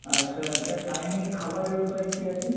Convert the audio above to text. আর sir sir টাইমের খাবারের ব্যাপারে কী আছে